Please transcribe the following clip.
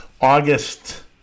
August